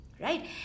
right